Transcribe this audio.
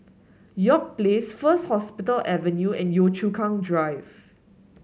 York Place First Hospital Avenue and Yio Chu Kang Drive